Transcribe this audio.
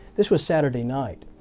this was saturday night.